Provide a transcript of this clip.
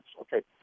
Okay